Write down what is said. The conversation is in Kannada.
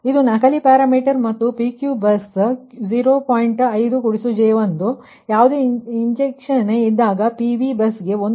ಆದ್ದರಿಂದ ಇದು ಡಮ್ಮಿ ಪ್ಯಾರಾಮೀಟರ್ ಮತ್ತು ಯಾವುದೇ ಇಂಜೆಕ್ಷನ್ ಇದ್ದಾಗ ಈ PQ ಬಸ್ 0